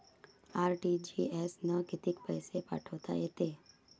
RTGS न कितीक पैसे पाठवता येते?